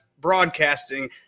broadcasting